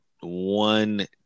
one